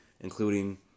including